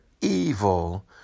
evil